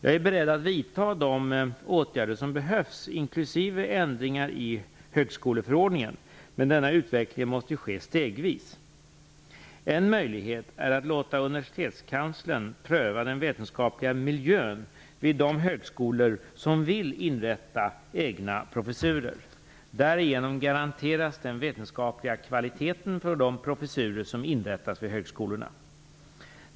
Jag är beredd att vidta de åtgärder som behövs, inklusive ändringar i högskoleförordningen, men denna utveckling måste ske stegvis. En möjlighet är att låta universitetskanslern pröva den vetenskapliga miljön vid de högskolor som vill inrätta egna professurer. Därigenom garanteras den vetenskapliga kvaliteten för de professurer som inrättas vid högskolorna.